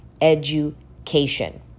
education